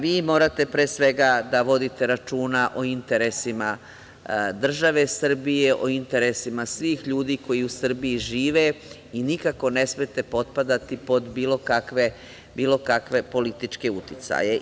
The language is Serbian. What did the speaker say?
Vi morate pre svega da vodite računa o interesima države Srbije, o interesima svih ljudi koji u Srbiji žive i nikako ne smete potpadati pod bilo kakve političke uticaje.